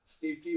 Steve